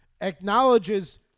acknowledges